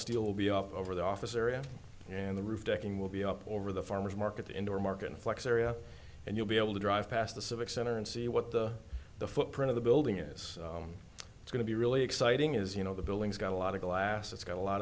steel will be up over the office area and the roof decking will be up over the farmer's market the indoor market in flex area and you'll be able to drive past the civic center and see what the the footprint of the building is going to be really exciting is you know the building's got a lot of glass it's got a lot